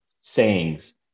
sayings